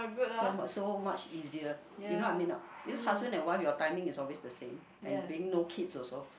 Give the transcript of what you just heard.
so much so much easier you know I mean not because husband and wife your timing is always the same and being no kids also